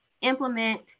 implement